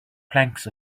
planks